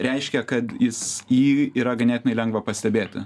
reiškia kad jis jį yra ganėtinai lengva pastebėti